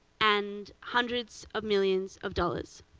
and hundreds of millions of dollars.